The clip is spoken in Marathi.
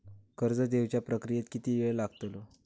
कर्ज देवच्या प्रक्रियेत किती येळ लागतलो?